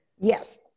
Yes